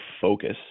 focus